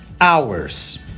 hours